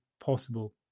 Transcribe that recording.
possible